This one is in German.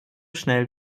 schnell